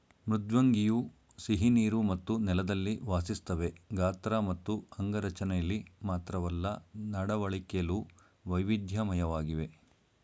ಮೃದ್ವಂಗಿಯು ಸಿಹಿನೀರು ಮತ್ತು ನೆಲದಲ್ಲಿ ವಾಸಿಸ್ತವೆ ಗಾತ್ರ ಮತ್ತು ಅಂಗರಚನೆಲಿ ಮಾತ್ರವಲ್ಲ ನಡವಳಿಕೆಲು ವೈವಿಧ್ಯಮಯವಾಗಿವೆ